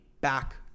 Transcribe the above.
back